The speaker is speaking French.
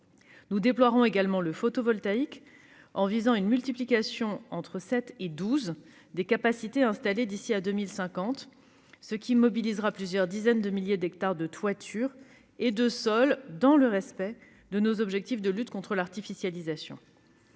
Nous déploierons également le photovoltaïque, en visant une multiplication entre sept et douze des capacités installées d'ici à 2050, ce qui mobilisera plusieurs dizaines de milliers d'hectares de toitures et de sols, dans le respect de nos objectifs de lutte contre l'artificialisation